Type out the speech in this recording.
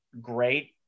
great